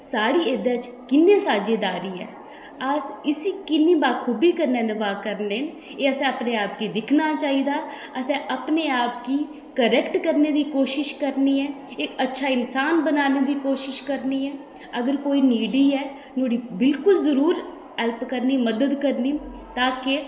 साढ़ी एह्दे च किन्नी साझेदारी ऐ अस इस्सी किन्नी बाखूबी कन्नै नभाऽ करने न एह् असें अपने आप गी दिक्खना चाहिदा असें अपने आप गी करैक्ट करने दी कोशिश करनी ऐ एह् अच्छा इन्सान बनाने दी कोशिश करनी ऐ अगर कोई नीडी ऐ नोआढ़ी बिलकुल जरूर हेल्प करनी मदद करनी ताकि